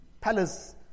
palace